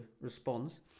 responds